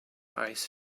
eyes